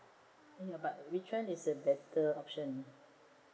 ya but which one is a better option